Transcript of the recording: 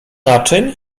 naczyń